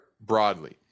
broadly